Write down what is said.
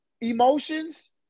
Emotions